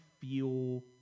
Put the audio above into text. feel